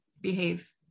behave